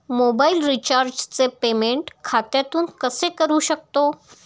Mobile रिचार्जचे payment खात्यातून कसे करू शकतो?